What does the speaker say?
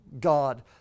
God